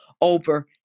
over